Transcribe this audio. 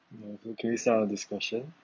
okay can we start our discussion